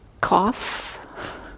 cough